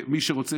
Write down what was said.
מי שרוצה,